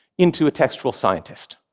into a textual scientist.